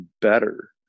better